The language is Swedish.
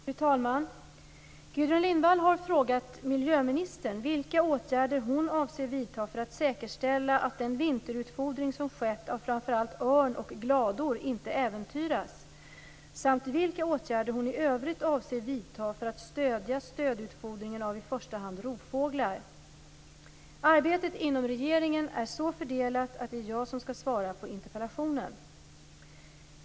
Fru talman! Gudrun Lindvall har frågat miljöministern vilka åtgärder hon avser vidta för att säkerställa att den vinterutfodring som skett av framför allt örn och glador inte äventyras samt vilka åtgärder hon i övrigt avser vidta för att stödja stödutfodringen av i första hand rovfåglar. Arbetet inom regeringen är så fördelat att det är jag som skall svara på interpellationen.